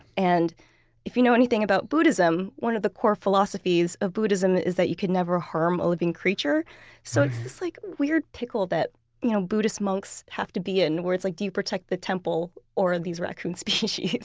and if you know anything about buddhism, one of the core philosophies of buddhism is that you can never harm a living creature so it's this like weird pickle that you know buddhist monks have to be in where it's like, do you protect the temple or these raccoon species?